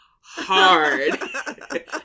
hard